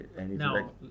Now